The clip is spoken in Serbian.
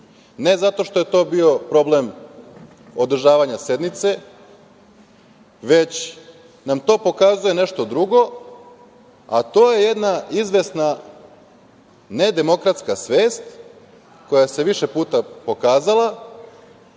ne zato što je to bio problem održavanja sednice, već nam to pokazuje nešto drugo, a to je jedna izvesna nedemokratska svest, koja se više puta pokazala